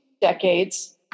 decades